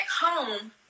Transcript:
home